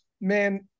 man